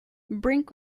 brink